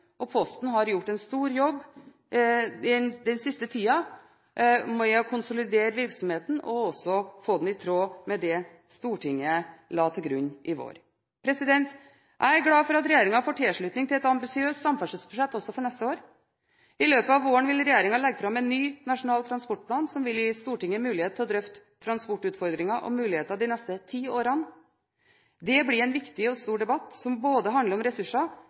selvsagt Posten tilpasse tjenestetilbudet til etterspørselen. Posten har gjort en stor jobb den siste tiden med å konsolidere virksomheten og også få den i tråd med det Stortinget la til grunn i vår. Jeg er glad for at regjeringen får tilslutning til et ambisiøst samferdselsbudsjett også for neste år. I løpet av våren vil regjeringen legge fram en ny nasjonal transportplan, som gir Stortinget mulighet til å drøfte transportutfordringer og muligheter de neste ti årene. Det blir en viktig og stor debatt som handler om ressurser,